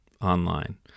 online